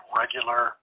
regular